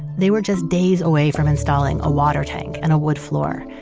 they were just days away from installing a water tank and a wood floor.